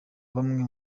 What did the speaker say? bamwe